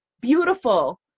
beautiful